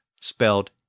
spelled